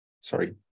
sorry